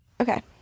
Okay